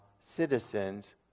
citizens